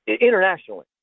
internationally